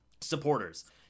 supporters